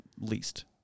least